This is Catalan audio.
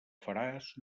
faràs